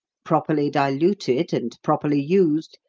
properly diluted and properly used,